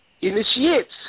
initiates